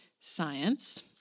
science